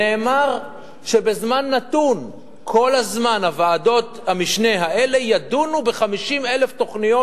נאמר שבזמן נתון כל הזמן ועדות המשנה האלה ידונו ב-50,000 תוכניות,